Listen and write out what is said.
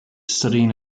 studying